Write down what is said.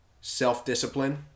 self-discipline